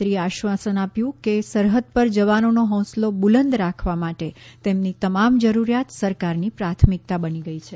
પ્રધાનમંત્રીએ આશ્વાસન આપ્યું કે સરહદ ઉપર જવાનોનો હોંસલો બુલંદ રાખવા માટે તેમની તમામ જરૂરિયાત સરકારની પ્રાથમિકતા બની ગઈ છે